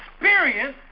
experience